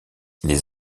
les